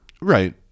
Right